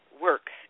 work